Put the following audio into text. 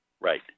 Right